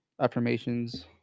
affirmations